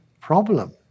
problem